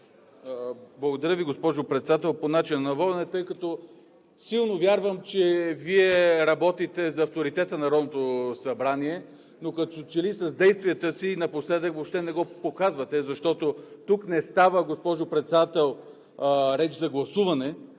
Благодаря Ви, госпожо Председател. По начина на водене, тъй като силно вярвам, че Вие работите за авторитета на Народното събрание, но като че ли с действията си напоследък въобще не го показвате, защото тук не става, госпожо Председател, реч за гласуване.